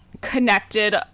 connected